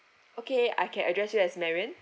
okay I can address you as marianne